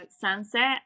sunset